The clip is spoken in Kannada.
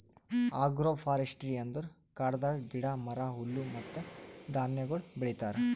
ಆಗ್ರೋ ಫಾರೆಸ್ಟ್ರಿ ಅಂದುರ್ ಕಾಡದಾಗ್ ಗಿಡ, ಮರ, ಹುಲ್ಲು ಮತ್ತ ಧಾನ್ಯಗೊಳ್ ಬೆಳಿತಾರ್